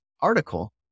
article